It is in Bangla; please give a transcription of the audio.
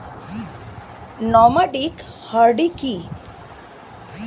নমাডিক হার্ডি কি?